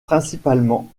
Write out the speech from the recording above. principalement